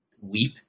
weep